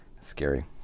scary